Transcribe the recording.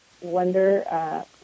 Wonder